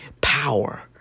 power